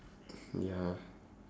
ya